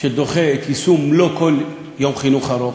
שדוחה את היישום, לא של כל יום חינוך ארוך.